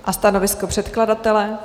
A stanovisko předkladatele?